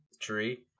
tree